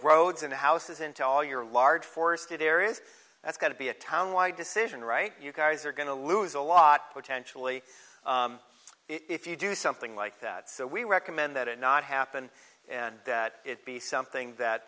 roads and houses into all your large forested areas that's got to be a town wide decision right you guys are going to lose a lot potentially if you do something like that so we recommend that it not happen and that it be something that